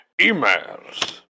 emails